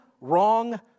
wrong